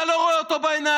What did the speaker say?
אתה לא רואה אותו בעיניים,